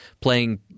playing